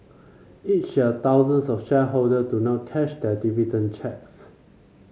each year thousands of shareholder do not cash their dividend cheques